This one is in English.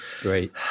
Great